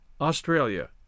Australia